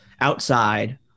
outside